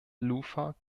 luther